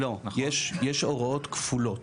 יש הוראות כפולות